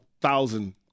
thousand